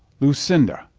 lucinda!